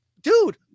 dude